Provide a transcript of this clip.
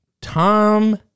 Tom